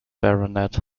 baronet